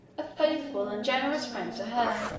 a faithful and generous friend to her.